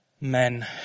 men